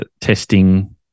testing